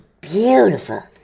beautiful